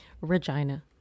Regina